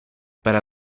para